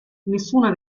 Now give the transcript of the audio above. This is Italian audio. nessuna